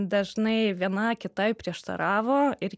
dažnai viena kitai prieštaravo ir